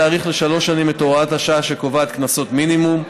להאריך בשלוש שנים את הוראת השעה שקובעת קנסות מינימום,